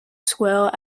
square